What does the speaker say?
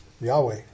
Yahweh